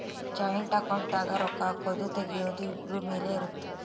joint account ದಾಗ ರೊಕ್ಕ ಹಾಕೊದು ತೆಗಿಯೊದು ಇಬ್ರು ಮೇಲೆ ಇರುತ್ತ